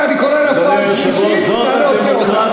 פעם שנייה אני קורא לך, זהבה גלאון.